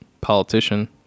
politician